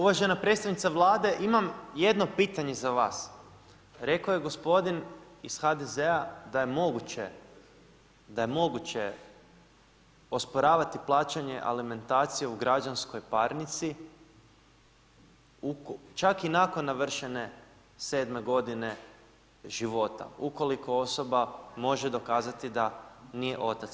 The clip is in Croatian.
Uvažena predstavnice Vlade, imam jedno pitanje za vas, rekao je gospodin iz HDZ-a da je moguće, da je moguće osporavati plaćanje alimentacije u građanskoj parnici čak i nakon navršene 7. godine života ukoliko osoba može dokazati da nije otac.